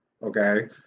okay